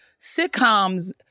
sitcoms